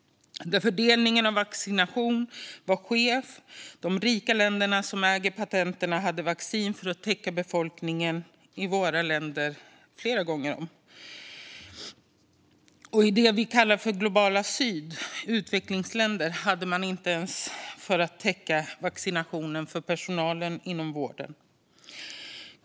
Fördelningen av vaccin var skev. De rika länderna, som äger patenten, hade vaccin för att täcka befolkningen i våra länder flera gånger om. I det vi kallar globala syd, utvecklingsländer, hade man inte ens tillräckligt för att täcka vaccination för personalen inom vården.